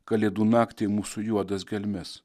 kalėdų naktį mūsų juodas gelmes